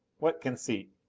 what conceit!